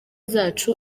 zacu